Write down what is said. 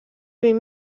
vint